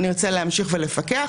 נרצה להמשיך ולפקח.